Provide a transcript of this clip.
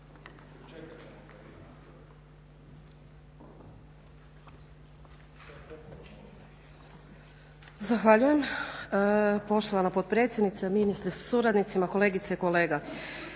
Zahvaljujem poštovana potpredsjednice. Ministre sa suradnicima, kolegice i kolege.